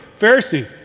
Pharisee